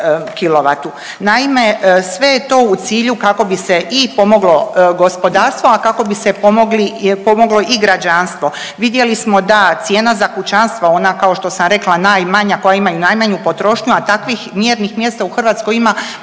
Naime, sve je to u cilju kako bi se i pomoglo gospodarstvo, a kako bi se pomogli, pomoglo i građanstvo. Vidjeli smo da cijena za kućanstvo ona kao što sam rekla najmanja, koja ima i najmanju potrošnju, a takvih mjerenih mjesta u Hrvatskoj ima